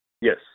Yes